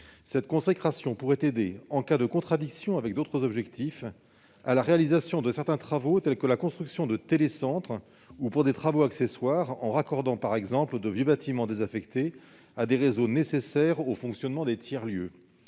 cette consécration pourrait aider, en cas de contradiction avec d'autres objectifs, à la réalisation de projets tels que la construction de télécentres ou de travaux accessoires comme le raccordement de vieux bâtiments désaffectés à des réseaux nécessaires au fonctionnement des tiers-lieux.